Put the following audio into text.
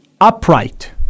upright